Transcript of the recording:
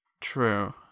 True